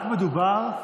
זה רק מדובר,